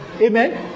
Amen